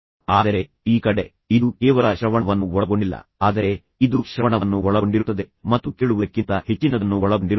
ಆದರೆ ಈ ಕಡೆ ಇದು ಕೇವಲ ಶ್ರವಣವನ್ನು ಒಳಗೊಂಡಿಲ್ಲ ಆದರೆ ಇದು ಶ್ರವಣವನ್ನು ಒಳಗೊಂಡಿರುತ್ತದೆ ಮತ್ತು ಕೇಳುವುದಕ್ಕಿಂತ ಹೆಚ್ಚಿನದನ್ನು ಒಳಗೊಂಡಿರುತ್ತದೆ